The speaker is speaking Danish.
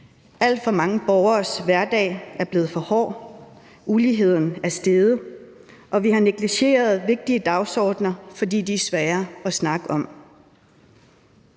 Alt for mange borgeres hverdag er blevet for hård, uligheden er steget, og vi har negligeret vigtige dagsordener, fordi de er svære at snakke om.